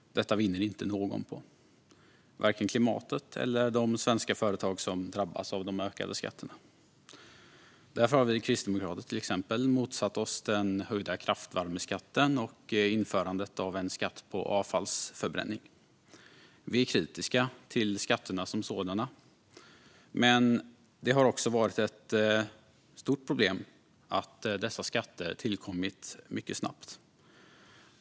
Detta vinner inte någon på - varken klimatet eller de svenska företag som drabbas av de ökade skatterna. Därför har vi kristdemokrater till exempel motsatt oss den höjda kraftvärmeskatten och införandet av en skatt på avfallsförbränning. Vi är kritiska till skatterna som sådana, men det har också varit ett stort problem att dessa skatter tillkommit mycket snabbt.